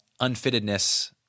unfittedness